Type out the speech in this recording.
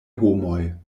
homoj